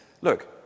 Look